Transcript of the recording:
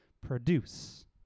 produce